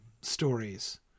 stories